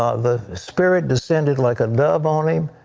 ah the spirit descended like a dove on him.